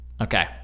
Okay